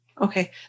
Okay